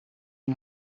een